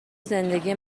زندگی